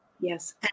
Yes